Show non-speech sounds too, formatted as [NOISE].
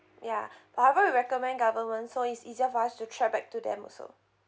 ya [BREATH] but however we recommend government so is easier for us to track back to them also